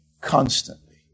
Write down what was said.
constantly